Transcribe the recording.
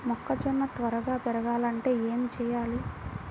మొక్కజోన్న త్వరగా పెరగాలంటే ఏమి చెయ్యాలి?